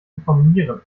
informieren